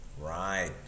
Right